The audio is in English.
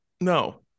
No